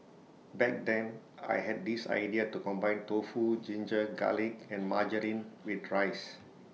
back then I had this idea to combine tofu ginger garlic and margarine with rice